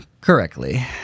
correctly